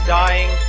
dying